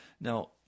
Now